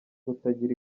kutagira